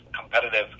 competitive